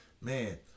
man